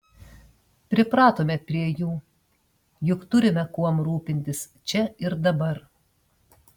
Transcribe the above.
pripratome prie jų juk turime kuom rūpintis čia ir dabar